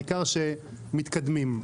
העיקר שמתקדמים.